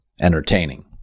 entertaining